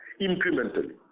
incrementally